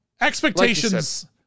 expectations